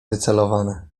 wycelowane